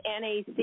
NAC